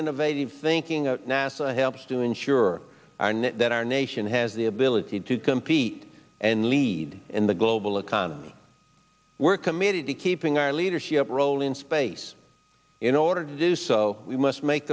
innovative thinking of nasa helps to ensure our net that our nation has the ability to compete and lead in the global economy we're committed to keeping our leadership role in space in order to do so we must make